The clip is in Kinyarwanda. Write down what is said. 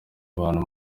abantu